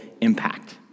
impact